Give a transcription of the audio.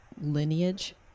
lineage